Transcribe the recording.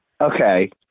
Okay